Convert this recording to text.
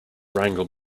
wrangle